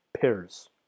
pairs